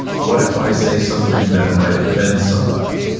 what if i say something that might offend somebody?